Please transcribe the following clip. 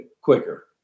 quicker